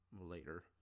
Later